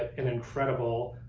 and incredible.